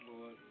Lord